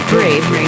Brave